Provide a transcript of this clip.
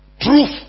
truth